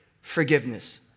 forgiveness